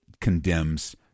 condemns